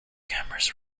cameras